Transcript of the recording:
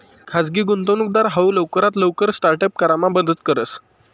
खाजगी गुंतवणूकदार हाऊ लवकरात लवकर स्टार्ट अप करामा मदत करस